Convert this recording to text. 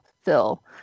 fill